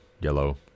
yellow